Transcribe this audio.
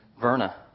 Verna